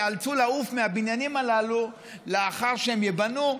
ייאלצו לעוף מהבניינים הללו לאחר שהם ייבנו,